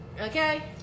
Okay